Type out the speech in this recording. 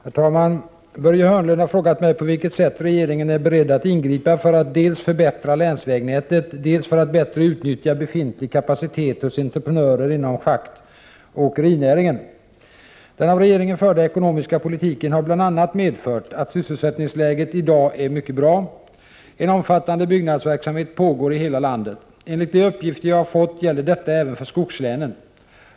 Herr talman! Börje Hörnlund har frågat mig på vilket sätt regeringen är beredd att ingripa för att dels förbättra länsvägnätet, dels bättre nyttja befintlig kapacitet hos entreprenörer inom schaktoch åkerinäringen. Den av regeringen förda ekonomiska politiken har bl.a. medfört att sysselsättningsläget i dag är mycket bra. En omfattande byggnadsverksamhet pågår i hela landet. Enligt de uppgifter jag har fått gäller detta även för skogslänen.